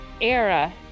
Era